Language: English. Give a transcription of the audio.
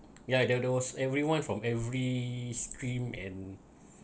yeah there there was everyone from every stream and